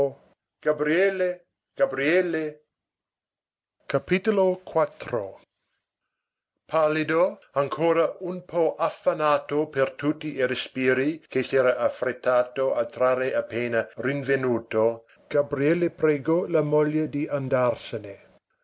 chiamò gabriele gabriele pallido ancora un po affannato per tutti i respiri che s'era affrettato a trarre appena rinvenuto gabriele pregò la moglie di andarsene